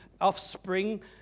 offspring